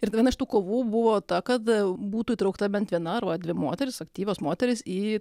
ir viena iš tų kovų buvo ta kad būtų įtraukta bent viena arba dvi moterys aktyvios moterys į